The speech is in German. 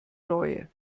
reue